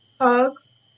hugs